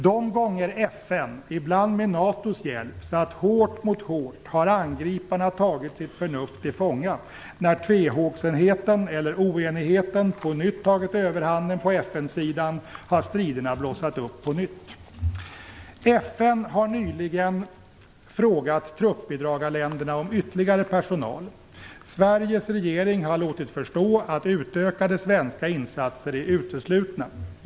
De gånger FN, ibland med NATO:s hjälp, satt hårt mot hårt har angriparna tagit sitt förnuft till fånga. När tvehågsenheten eller oenigheten på nytt tagit överhanden på FN-sidan har striderna blossat upp igen. FN har nyligen frågat truppbidragarländerna om ytterligare personal. Sveriges regering har låtit förstå att utökade svenska insatser är uteslutna.